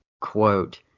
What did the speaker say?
Quote